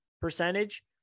percentage